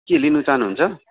के लिनु चाहनुहुन्छ